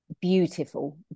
beautiful